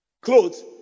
clothes